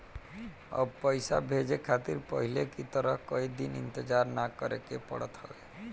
अब पइसा भेजे खातिर पहले की तरह कई दिन इंतजार ना करेके पड़त हवे